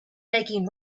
making